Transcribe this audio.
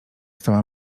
stała